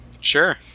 sure